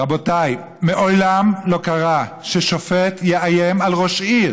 רבותיי, מעולם לא קרה ששופט יאיים על ראש עיר